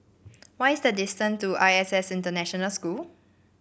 what is the distance to I S S International School